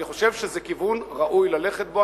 אני חושב שזה כיוון ראוי ללכת בו.